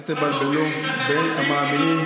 "אל תבלבלו בין המאמינים,